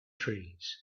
trees